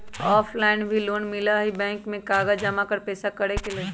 Offline भी loan मिलहई bank में कागज जमाकर पेशा करेके लेल?